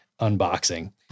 unboxing